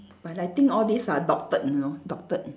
but I think all this are doctored you know doctored